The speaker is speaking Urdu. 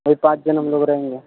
وہی پانچ جنے ہم لوگ رہیں گے